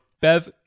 Bev